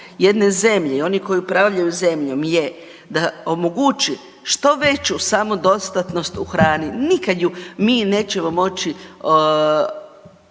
jedne zemlje i oni koji upravljaju zemljom je da omogući što veću samodostatnost u hrani, nikad je mi nećemo moći